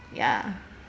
ya